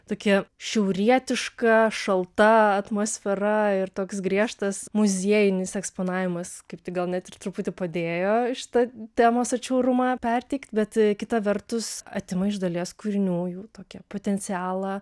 tokia šiaurietiška šalta atmosfera ir toks griežtas muziejinis eksponavimas kaip gal net ir truputį padėjo šitą temos atšiaurumą perteikt bet kita vertus atima iš dalies kūrinių jų tokį potencialą